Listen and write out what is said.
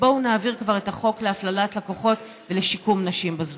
בואו נעביר כבר את החוק להפללת לקוחות ולשיקום נשים בזנות.